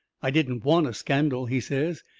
i didn't want a scandal, he says.